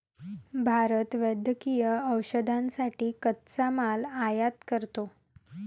भारत वैद्यकीय औषधांसाठी कच्चा माल आयात करतो